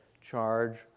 charge